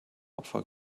opfer